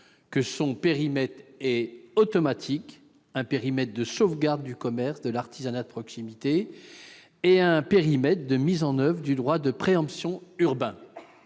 que son périmètre est automatiquement un périmètre de sauvegarde du commerce et de l'artisanat de proximité et un périmètre de mise en oeuvre du droit de préemption urbain